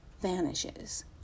vanishes